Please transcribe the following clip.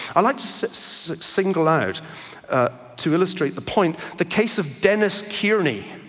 i'd like to single out to illustrate the point, the case of dennis kierney